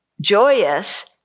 joyous